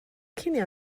cinio